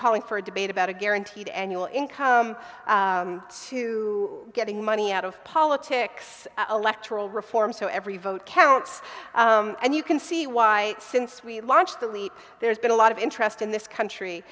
calling for a debate about a guaranteed annual income to getting money out of politics electoral reform so every vote counts and you can see why since we launched the leap there's been a lot of interest in this country